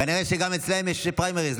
כנראה גם אצלם יש פריימריז.